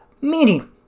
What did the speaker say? meaning